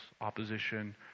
opposition